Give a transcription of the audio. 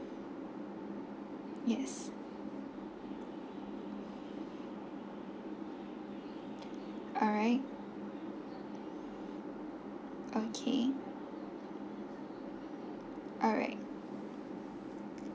yes alright okay alright